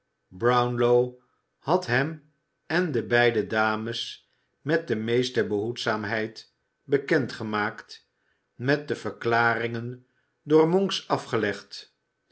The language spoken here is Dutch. brownlow had hem en de beide dames met de meeste behoedzaamheid bekend gemaakt met de verklaringen door monks afgelegd